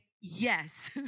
yes